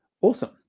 awesome